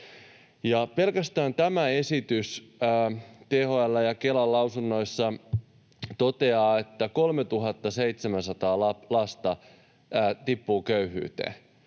Pelkästään tästä esityksestä THL ja Kela lausunnoissaan toteavat, että 3 700 lasta tippuu köyhyyteen,